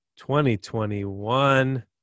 2021